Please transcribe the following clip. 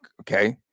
Okay